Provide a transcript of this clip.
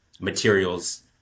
materials